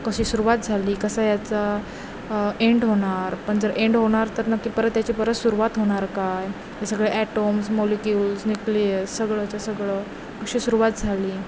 कशी सुरुवात झाली कसा याचा एंड होणार पण जर एंड होणार तर नक्की परत त्याची परत सुरुवात होणार काय सगळे ॲटोम्स मोलिक्युल्स न्यूक्लियस सगळंच्या सगळं कशी सुरुवात झाली